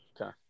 Okay